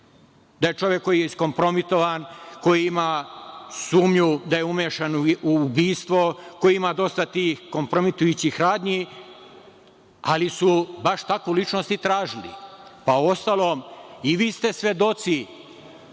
da je čovek koji je iskompromitovan, koji ima sumnju da je umešan u ubistvo, koji ima dosta tih kompromitujućih radnji, ali su baš takvu ličnost i tražili. Uostalom, i vi ste svedoci,